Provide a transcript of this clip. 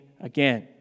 again